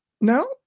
No